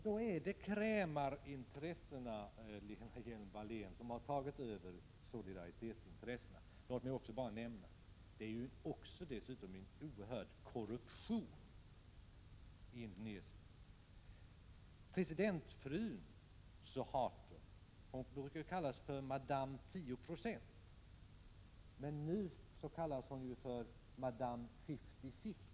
Då har krämarintressena, Lena Hjelm-Wallén, tagit över solidaritetsintressena. Dessutom är det en oerhörd korruption i Indonesien. Presidentfrun Suharto brukade kallas för Mme 10 procent. Nu kallas hon för Mme Fifty-fifty.